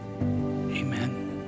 Amen